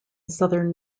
southern